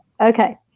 Okay